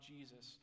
Jesus